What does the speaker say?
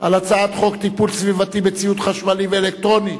טיפול סביבתי בציוד חשמלי ואלקטרוני,